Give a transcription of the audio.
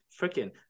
freaking